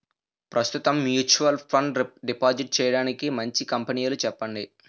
ప్రస్తుతం mutual fund deposit చేయడానికి మంచి కంపెనీలు చెప్పండి